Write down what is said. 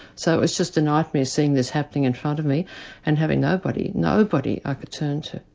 so it was just a nightmare seeing this happening in front of me and having nobody, nobody i could turn to.